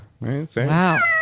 Wow